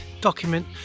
document